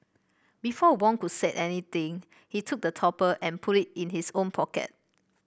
before Wong could say anything he took the topper and put it in his own pocket